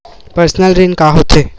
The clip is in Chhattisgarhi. पर्सनल ऋण का होथे?